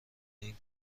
این